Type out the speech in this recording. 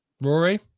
Rory